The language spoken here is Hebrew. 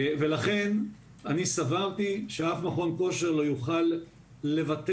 ולכן אני סברתי שאף מכון כושר לא יוכל לוותר